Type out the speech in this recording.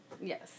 Yes